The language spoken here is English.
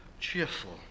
cheerful